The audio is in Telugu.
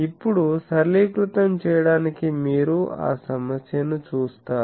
ఇప్పుడు సరళీకృతం చేయడానికి మీరు ఆ సమస్యను చూస్తారు